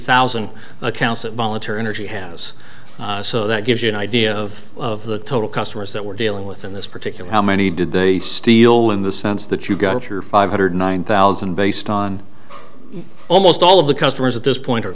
thousand accounts that voluntary energy has so that gives you an idea of the total customers that we're dealing with in this particular how many did they steal when the sense that you got your five hundred nine thousand based on almost all of the customers at this point are